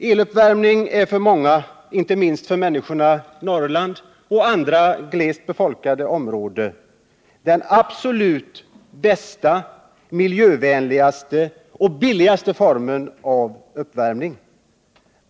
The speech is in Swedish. Eluppvärmning är för många, inte minst för människorna i Norrland och i andra glesbefolkade områden, den absolut bästa, den miljövänligaste och den billigaste formen av uppvärmning.